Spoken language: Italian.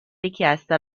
richiesta